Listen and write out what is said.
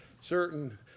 certain